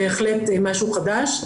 בהחלט משהו חדש.